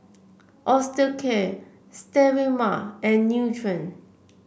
Osteocare Sterimar and Nutren